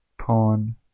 Pawn